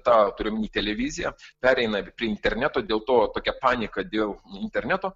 tą turiu omeny televiziją pereina prie interneto dėl to tokia panika dėl interneto